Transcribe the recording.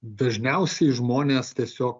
dažniausiai žmonės tiesiog